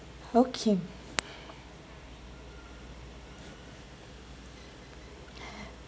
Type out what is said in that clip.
okay